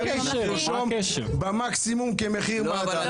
מה הבעיה שתרשום במקסימום כמחיר מד"א.